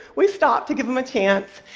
we stopped to give him a chance.